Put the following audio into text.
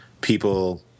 people